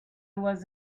was